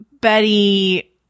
betty